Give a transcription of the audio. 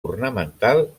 ornamental